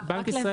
רק לוודא,